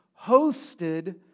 hosted